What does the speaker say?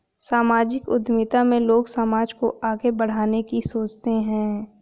सामाजिक उद्यमिता में लोग समाज को आगे बढ़ाने की सोचते हैं